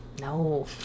no